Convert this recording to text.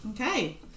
okay